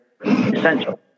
essential